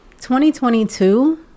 2022